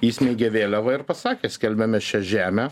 įsmeigė vėliavą ir pasakė skelbiame šią žemę